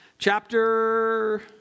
Chapter